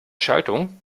schaltung